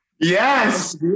yes